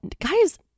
guys